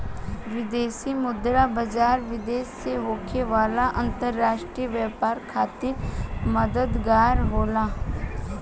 विदेशी मुद्रा बाजार, विदेश से होखे वाला अंतरराष्ट्रीय व्यापार खातिर मददगार होला